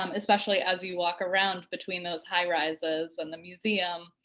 um especially as you walk around between those high-rises and the museum.